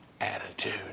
attitude